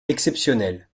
exceptionnel